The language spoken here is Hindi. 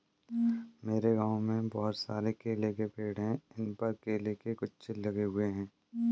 मेरे गांव में बहुत सारे केले के पेड़ हैं इन पर केले के गुच्छे लगे हुए हैं